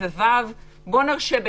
נכנס.